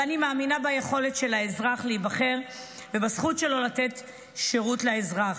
ואני מאמינה ביכולת של האזרח להיבחר ובזכות שלו לתת שירות לאזרח.